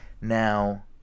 Now